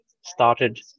started